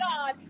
God